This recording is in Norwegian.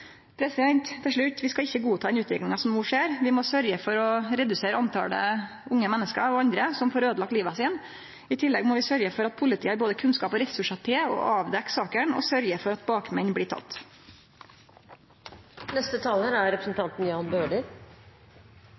Til slutt: Vi skal ikkje godta den utviklinga som no skjer. Vi må sørgje for å redusere talet på unge menneske og andre som får øydelagt livet sitt. I tillegg må vi sørgje for at politiet har både kunnskap og ressursar til å avdekkje sakene og sørgje for at bakmennene blir tekne. Jeg synes dette er